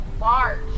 large